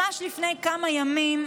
ממש לפני כמה ימים,